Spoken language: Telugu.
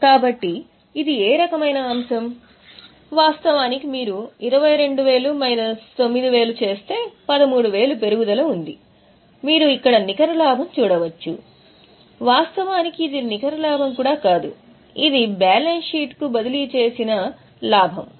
కాబట్టి ఇది ఏ రకమైన అంశం వాస్తవానికి మీరు 22 మైనస్ 9 చేస్తే 13000 పెరుగుదల ఉంది మీరు ఇక్కడ నికర లాభం చూడవచ్చు వాస్తవానికి ఇది నికర లాభం కూడా కాదు ఇది బ్యాలెన్స్ షీట్కు బదిలీ చేయబడిన లాభం